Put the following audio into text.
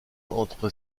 entre